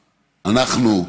שאנחנו,